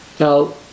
Now